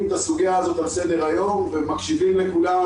את הסוגיה הזאת על סדר היום ומקשיבים לכולם,